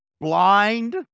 Blind